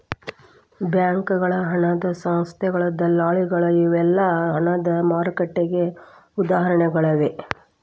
ಬ್ಯಾಂಕಗಳ ಹಣದ ಸಂಸ್ಥೆಗಳ ದಲ್ಲಾಳಿಗಳ ಇವೆಲ್ಲಾ ಹಣದ ಮಾರುಕಟ್ಟೆಗೆ ಉದಾಹರಣಿಗಳ